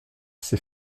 ses